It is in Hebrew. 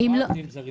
אז מה עובדים זרים?